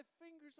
fingers